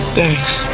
Thanks